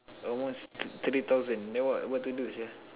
almost thirty thousand then what what to do sia